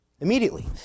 immediately